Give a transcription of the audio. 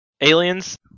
aliens